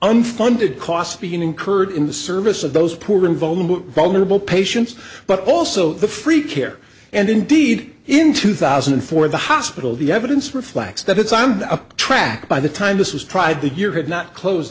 unfunded cost between incurred in the service of those poor and vulnerable vulnerable patients but also the free care and indeed in two thousand and four the hospital the evidence reflects that it's i'm a track by the time this was tried the year had not closed